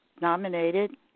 nominated